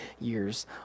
years